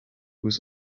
was